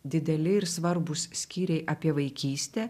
dideli ir svarbūs skyriai apie vaikystę